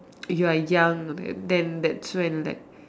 you are young then thats when like